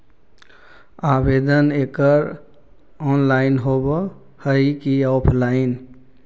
आवेदन एकड़ ऑनलाइन होव हइ की ऑफलाइन?